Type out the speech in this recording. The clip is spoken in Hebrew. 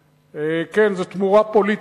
כן, זאת תמורה פוליטית.